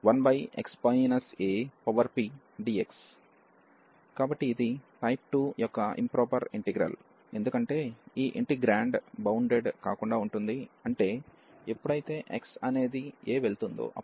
కాబట్టి ఇది టైప్ 2 యొక్క ఇంప్రాపర్ ఇంటిగ్రల్ ఎందుకంటే ఈ ఇంటిగ్రాండ్ బౌండెడ్ కాకుండా ఉంటుంది అంటే ఎప్పుడైతే x అనేది a వెళ్తుందొ అప్పుడు